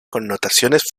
connotaciones